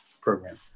program